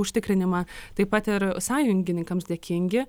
užtikrinimą taip pat ir sąjungininkams dėkingi